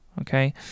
okay